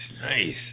Nice